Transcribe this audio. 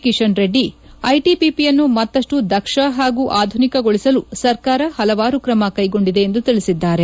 ಕಿಷನ್ ರೆಡ್ಡಿ ಐಟಿಬಿಪಿಯನ್ನು ಮತ್ತಷ್ಟು ದಕ್ಷ ಹಾಗೂ ಆಧುನಿಕಗೊಳಿಸಲು ಸರ್ಕಾರ ಹಲವಾರು ಕ್ರಮ ಕೈಗೊಂಡಿದೆ ಎಂದು ತಿಳಿಸಿದ್ದಾರೆ